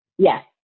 Yes